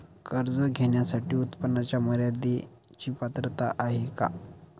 कर्ज घेण्यासाठी उत्पन्नाच्या मर्यदेची पात्रता आहे का?